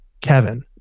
Kevin